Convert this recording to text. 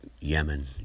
Yemen